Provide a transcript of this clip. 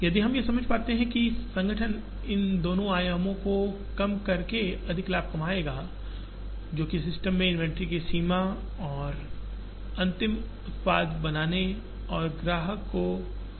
यदि हम यह समझ पाते है कि संगठन इन दो आयामों को कम करके अधिक लाभ कमाएगा जो कि सिस्टम में इन्वेंट्री की सीमा और अंतिम उत्पाद बनाने और ग्राहक को प्राप्त करने में लगने वाला समय है